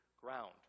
ground